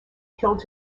killed